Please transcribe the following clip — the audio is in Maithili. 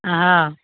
हँ